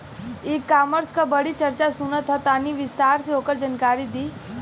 ई कॉमर्स क बड़ी चर्चा सुनात ह तनि विस्तार से ओकर जानकारी दी?